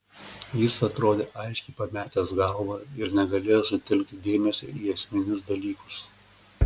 jis atrodė aiškiai pametęs galvą ir negalėjo sutelkti dėmesio į esminius dalykus